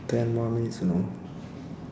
ten more minutes you know